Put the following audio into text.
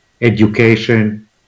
education